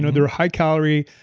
ah they're high calorie,